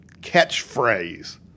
catchphrase